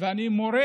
ואני מורה